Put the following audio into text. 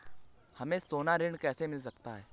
हमें सोना ऋण कैसे मिल सकता है?